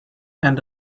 and